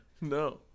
No